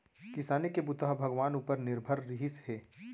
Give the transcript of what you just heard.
किसानी के बूता ह भगवान उपर निरभर रिहिस हे